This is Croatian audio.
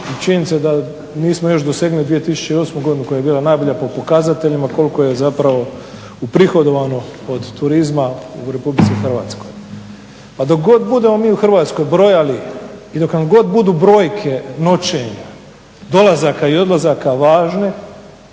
činjenica da nismo još dosegnuli 2008.godinu koja je bila najbolja po pokazateljima koliko je uprihodovano od turizma u RH. a dok god mi budemo u Hrvatskoj brojali i dok nam god budu brojke noćenja dolazaka i odlazaka važne